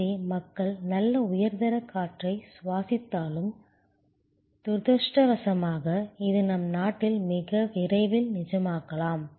எனவே மக்கள் நல்ல உயர்தர காற்றை சுவாசித்தாலும் துரதிர்ஷ்டவசமாக இது நம் நாட்டில் மிக விரைவில் நிஜமாகலாம்